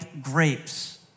grapes